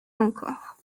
encore